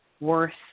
worth